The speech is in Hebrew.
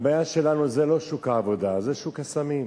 הבעיה שלנו זה לא שוק העבודה, זה שוק הסמים.